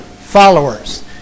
followers